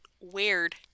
Weird